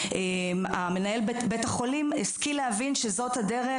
מנהל בית החולים השכיל להבין שזאת הדרך,